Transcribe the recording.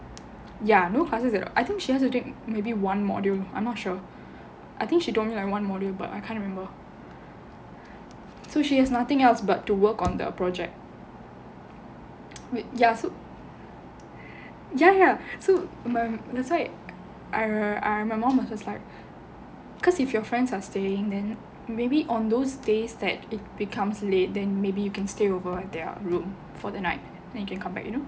ya no classes at all I think she has to take maybe one module I'm not sure I think she told me like one module but I can't remember so she has nothing else but to work on the project wait ya so ya ya so that's why I my mum was just like because if your friends are staying then maybe on those days that it becomes late then maybe you can stay over at their room for the night then you can come back you know